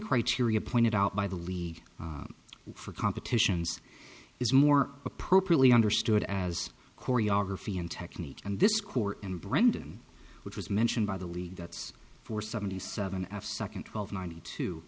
criteria pointed out by the league for competitions is more appropriately understood as choreography in technique and this score and brendan which was mentioned by the league that's for seventy seven f second twelve ninety two